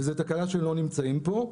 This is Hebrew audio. וזה תקלה שלא נמצאים פה.